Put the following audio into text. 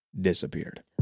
disappeared